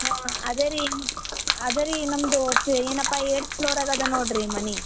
ಹಾಂ ಅದೇ ರೀ ಏನು ಅದೇ ರೀ ನಮ್ದು ಏನಪ್ಪ ಏಟ್ತ್ ಫ್ಲೋರಾಗ ಅದ ನೋಡ್ರಿ ಮನೆ